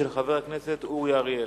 של חבר הכנסת אורי אריאל.